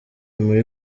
muri